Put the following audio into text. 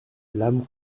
l’âme